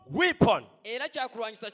weapon